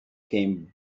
came